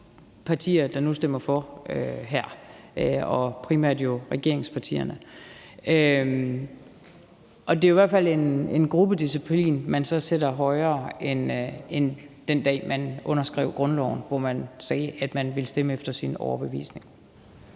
partier, der nu stemmer for her, og primært jo regeringspartierne. Det er jo i hvert fald en gruppedisciplin, man så sætter højere end den dag, man underskrev grundloven, hvor man sagde, at man ville stemme efter sine overbevisninger.